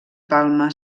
palma